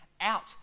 out